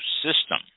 system